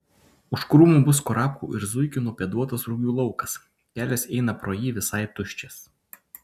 už krūmų bus kurapkų ir zuikių nupėduotas rugių laukas kelias eina pro jį visai tuščias